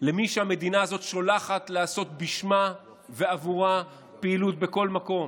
למי שהמדינה הזאת שולחת לעשות בשמה ובעבורה פעילות בכל מקום.